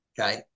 Okay